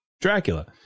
Dracula